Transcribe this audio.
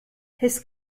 his